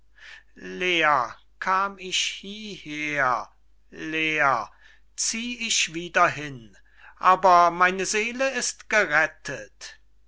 leer kam ich hieher leer zieh ich wieder hin aber meine seele ist gerettet